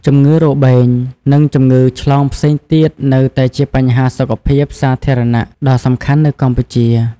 ជំងឺរបេង និងជំងឺឆ្លងផ្សេងទៀតនៅតែជាបញ្ហាសុខភាពសាធារណៈដ៏សំខាន់នៅកម្ពុជា។